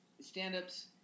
stand-ups